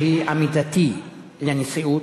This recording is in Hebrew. שהיא עמיתתי לנשיאות,